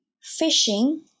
fishing